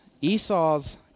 Esau's